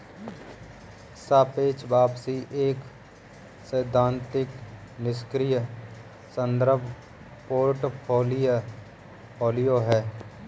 सापेक्ष वापसी एक सैद्धांतिक निष्क्रिय संदर्भ पोर्टफोलियो है